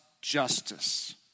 justice